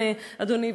אדוני,